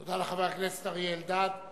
תודה לחבר הכנסת אריה אלדד.